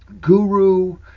Guru